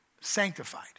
sanctified